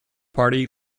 party